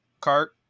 cart